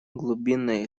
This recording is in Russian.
глубинное